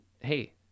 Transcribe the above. hey